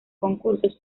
concursos